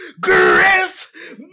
Griff